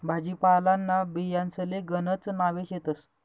भाजीपालांना बियांसले गणकच नावे शेतस